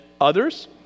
others